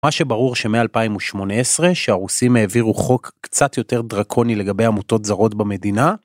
מה שברור שמ-2018 שהרוסים העבירו חוק קצת יותר דרקוני לגבי עמותות זרות במדינה.